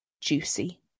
juicy